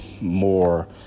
more